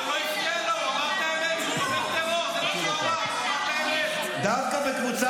אתה תשמור על טרוריסט כזה --- אתה תשמור